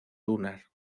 lunar